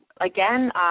again